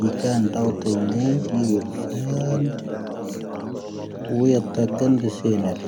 ⵏⵉⴽⴰⵏ ⴷⴰⵡⵜⴻⵉⵏⴻ ⴷⵉ ⵡⴰ ⵔⵉⵣⴰⵏ. ⵡⴰ ⵢⴰⵜⴰⴳⴰⵏ ⴷⴻⵙⴻⵏⴻ ⵍⴻ.